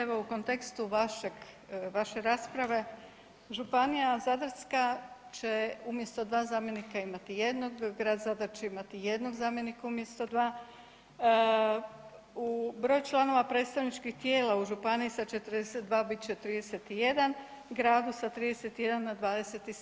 Evo u kontekstu vašeg, vaše rasprave, županija zadarska će umjesto dva zamjenika, imati jednog, grad Zadar će imati jednog zamjenika umjesto dva, u broj članova predstavničkih tijela u županiji, sa 42, bit će 31, u gradu sa 31 na 27.